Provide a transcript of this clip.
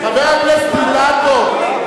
חבר הכנסת אילטוב,